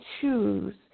choose